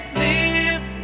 live